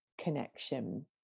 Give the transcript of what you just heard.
connection